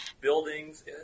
buildings